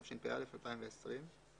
התשפ"א-2020".